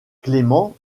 clement